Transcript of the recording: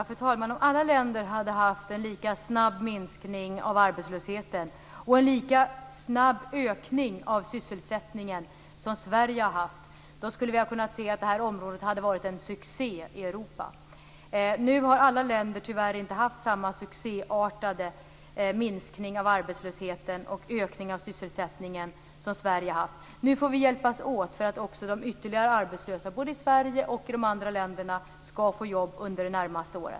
Fru talman! Om alla länder hade haft en lika snabb minskning av arbetslösheten och en lika snabb ökning av sysselsättningen som Sverige har haft hade vi kunnat se att det här området hade varit en succé i Europa. Nu har tyvärr inte alla länder haft samma succéartade minskning av arbetslösheten och ökning av sysselsättningen som Sverige har haft. Nu får vi hjälpas åt för att också de ytterligare arbetslösa, både i Sverige och i de andra länderna, skall få jobb under det närmaste året.